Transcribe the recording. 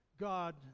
God